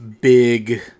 big